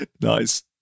Nice